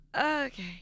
okay